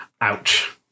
Ouch